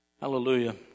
Hallelujah